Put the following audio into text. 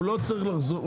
הוא לא צריך לקבל אישור.